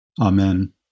Amen